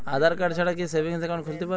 আধারকার্ড ছাড়া কি savings account খুলতে পারব?